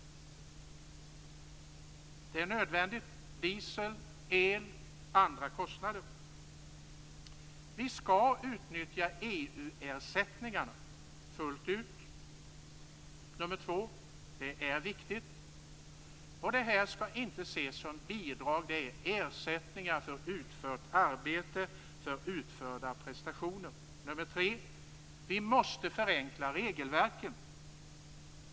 Det är nödvändigt att sänka diesel-, el och andra kostnader. 2. Vi skall utnyttja EU-ersättningarna fullt ut. Det är viktigt. Detta skall inte ses som bidrag utan som ersättningar för utfört arbete, utförda prestationer. 3. Vi måste förenkla regelverken.